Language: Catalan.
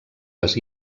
les